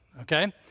Okay